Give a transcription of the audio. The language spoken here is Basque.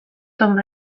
tomb